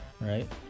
right